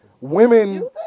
women